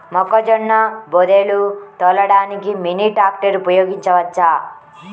మొక్కజొన్న బోదెలు తోలడానికి మినీ ట్రాక్టర్ ఉపయోగించవచ్చా?